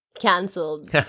Cancelled